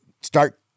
start